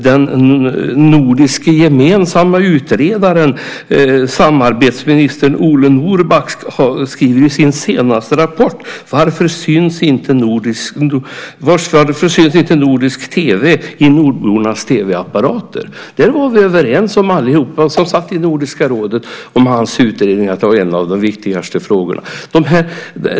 Den nordiske gemensamme utredaren, samarbetsministern Ole Norrback, skriver om detta i sin senaste rapport Varför syns inte nordisk TV i nordbornas TV-apparater? Alla som satt i Nordiska rådet var överens om att hans utredning var en av de viktigaste frågorna.